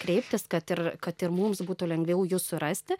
kreiptis kad ir kad ir mums būtų lengviau jus surasti